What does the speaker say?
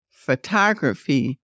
photography